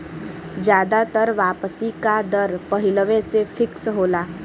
जादातर वापसी का दर पहिलवें से फिक्स होला